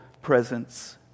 presence